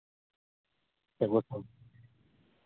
ᱮᱠ ᱵᱚᱪᱷᱚᱨ